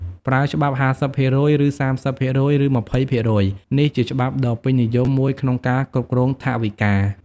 ប្រើច្បាប់ ៥០% ឬ៣០% ឬ២០% នេះជាច្បាប់ដ៏ពេញនិយមមួយក្នុងការគ្រប់គ្រងថវិកា។